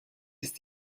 ist